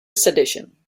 sedition